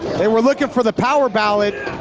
they were looking for the power ballad,